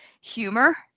humor